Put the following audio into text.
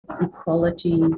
equality